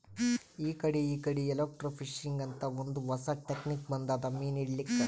ಇಕಡಿ ಇಕಡಿ ಎಲೆಕ್ರ್ಟೋಫಿಶಿಂಗ್ ಅಂತ್ ಒಂದ್ ಹೊಸಾ ಟೆಕ್ನಿಕ್ ಬಂದದ್ ಮೀನ್ ಹಿಡ್ಲಿಕ್ಕ್